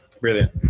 brilliant